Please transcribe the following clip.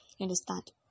understand